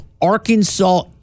Arkansas-